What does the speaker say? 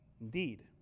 Indeed